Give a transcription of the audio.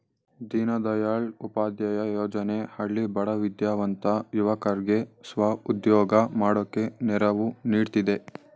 ದೀನದಯಾಳ್ ಉಪಾಧ್ಯಾಯ ಯೋಜನೆ ಹಳ್ಳಿ ಬಡ ವಿದ್ಯಾವಂತ ಯುವಕರ್ಗೆ ಸ್ವ ಉದ್ಯೋಗ ಮಾಡೋಕೆ ನೆರವು ನೀಡ್ತಿದೆ